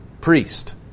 priest